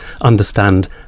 understand